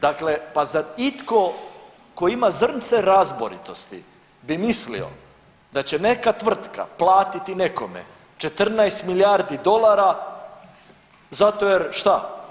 Dakle, pa zar itko tko ima zrnce razboritosti bi mislio da će neka tvrtka platiti nekome 14 milijardi dolara zato jer šta?